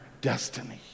destiny